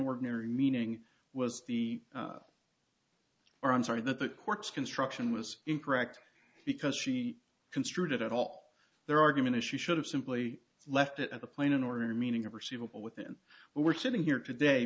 ordinary meaning was the or i'm sorry that the courts construction was incorrect because she construed it at all their argument as she should have simply left it at the plane in order meaning of perceivable with it and we're sitting here today